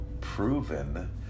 proven